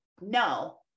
No